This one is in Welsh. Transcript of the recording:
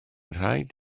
rhaid